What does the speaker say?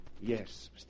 Yes